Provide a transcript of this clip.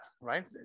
right